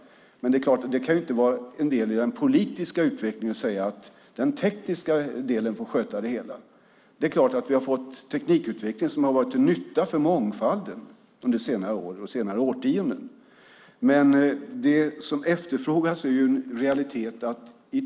Det kan ju inte vara en del i den politiska utvecklingen att säga att den tekniska delen får sköta det hela. Det är klart att vi har fått teknikutveckling som har varit till nytta för mångfalden under senare år och senare årtionden. Men det som efterfrågas handlar ju om en realitet.